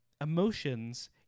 emotions